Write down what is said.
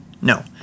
No